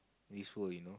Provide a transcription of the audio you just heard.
this world you know